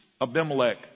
Abimelech